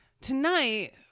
tonight